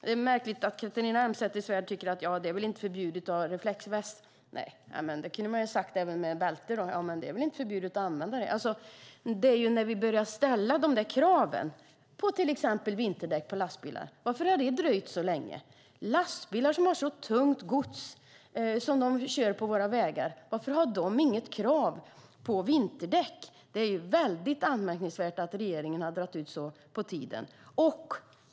Det är märkligt att Catharina Elmsäter-Svärd säger att det inte är förbjudet att ha reflexväst. Nej, och det kunde man ha sagt även när det gäller bilbältet. Det är inte förbjudet att använda det. Det gäller att vi börjar ställa dessa krav, till exempel på vinterdäck på lastbilar. Varför har det dröjt så länge? Lastbilar har ju så tungt gods som de kör på våra vägar. Varför finns det inget krav på att de ska ha vinterdäck? Det är mycket anmärkningsvärt att regeringen har dragit ut så på tiden.